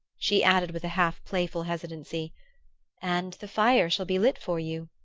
she added with a half-playful hesitancy and the fire shall be lit for you.